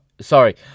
Sorry